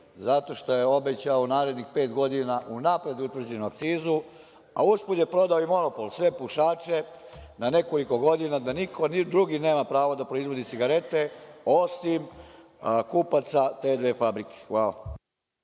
zato što je obećao u narednih pet godina unapred utvrđenu akcizu, a usput je prodao i monopol, sve pušače na nekoliko godina da niko drugi nema pravo da proizvodi cigarete, osim kupaca te dve fabrike. Hvala.